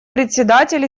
председатель